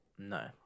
No